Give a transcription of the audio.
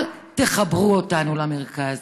אל תחברו אותנו למרכז,